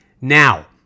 Now